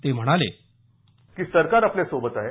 ते म्हणाले सरकार आपल्यासोबत आहे